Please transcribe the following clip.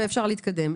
אפשר להתקדם.